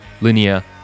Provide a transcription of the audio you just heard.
Linear